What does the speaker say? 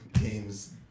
games